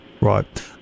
Right